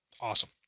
awesome